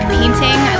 painting